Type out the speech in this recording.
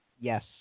yes